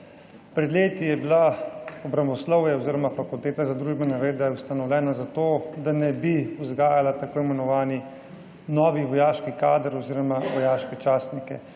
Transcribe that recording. Pred leti je bilo obramboslovje oziroma je bila Fakulteta za družbene vede ustanovljena zato, da ne bi vzgajala tako imenovanega novega vojaškega kadra oziroma vojaških častnikov.